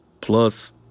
Plus